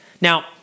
Now